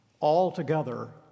altogether